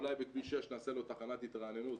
אולי בכביש 6 נעשה לו תחנת התרעננות,